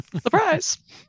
Surprise